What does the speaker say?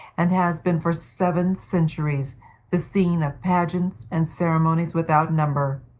and has been for seven centuries the scene of pageants and ceremonies without number.